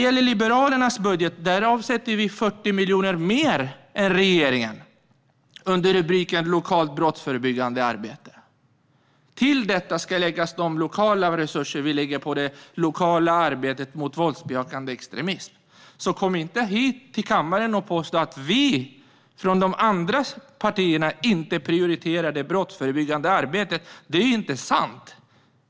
I Liberalernas budget avsätts 40 miljoner mer än vad regeringen gör under rubriken "Bidrag till lokalt brottsförebyggande arbete". Till detta ska läggas de resurser vi avsätter till det lokala arbetet mot våldbejakande extremism. Kom inte hit till kammaren och påstå att vi i de andra partierna inte prioriterar det brottsförebyggande arbetet! Det är inte sant.